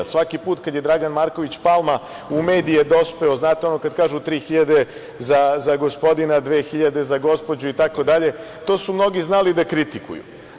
Svaki put kada je Dragan Marković Palma u medije dospeo, znate ono kada kažu – tri hiljade za gospodina, dve hiljade za gospođu itd, to su mnogi znali da kritikuju.